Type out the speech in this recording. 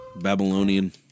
Babylonian